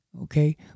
okay